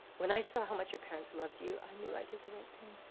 when i saw how much your parents loved you, i knew i did the right